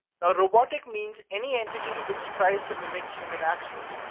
now, robotic means any entity which tries to mimic human actions,